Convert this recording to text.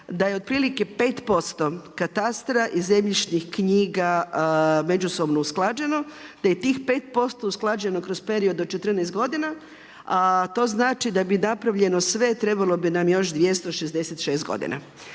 da je otprilike 5% katastra i zemljišnih knjiga međusobno usklađeno te je tih 5% usklađeno kroz period od 14 godina, a to znači da bi bilo napravljeno sve trebalo bi nam još 266 godina,